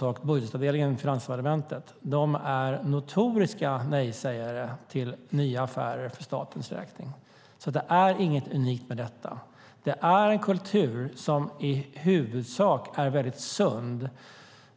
på budgetavdelningen på Finansdepartementet är notoriska nej-sägare till nya affärer för statens räkning. Det är inget unikt med detta. Det är en kultur som i huvudsak är mycket sund.